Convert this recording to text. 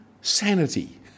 sanity